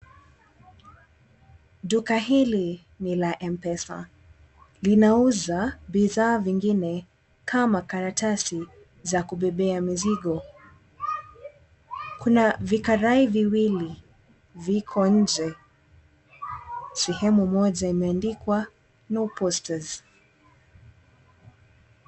Duka hili ni la MPesa. Linauza bidhaa vingine kama karatasi za kubebea mizigo. Kuna vikarai viwili viko nje. Sehemu moja imeandikwa No Posters .